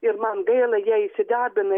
ir man gaila jie įsidarbina